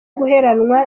guheranwa